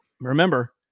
Remember